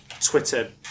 twitter